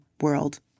world